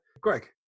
Greg